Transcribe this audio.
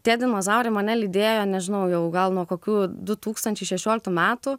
tie dinozaurai mane lydėjo nežinau jau gal nuo kokių du tūkstančiai šešioliktų metų